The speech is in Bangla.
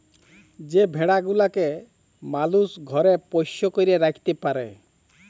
যে ভেড়া গুলাকে মালুস ঘরে পোষ্য করে রাখত্যে পারে